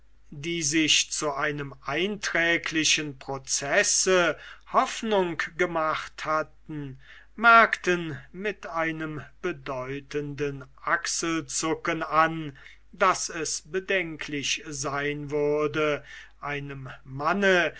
die sich zu einem einträglichen processe hoffnung gemacht hatten merkten mit einem bedeutenden achselzucken an daß es bedenklich sein würde einem manne